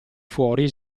fuori